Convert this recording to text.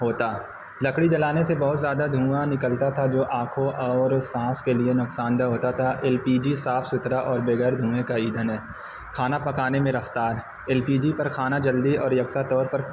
ہوتا لکڑی جلانے سے بہت زیادہ دھواں نکلتا تھا جو آنکھوں اور سانس کے لیے نقصان دہ ہوتا تھا ایل پی جی صاف ستھرا اور بغیر دھویں کا ایندھن ہے کھانا پکانے میں رفتار ایل پی جی پر کھانا جلدی اور یکساں طور پر